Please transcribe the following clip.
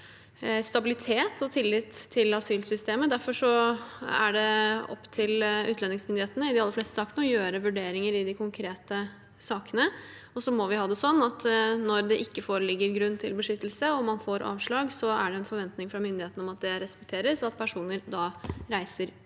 stabilitet og tillit til asylsystemet. Derfor er det opp til utlendingsmyndighetene i de aller fleste sakene å gjøre vurderinger i de konkrete sakene. Så må vi ha det slik at når det ikke foreligger grunn til beskyttelse, og man får avslag, er det en forventning fra myndighetene om at det respekteres, og at personer da reiser ut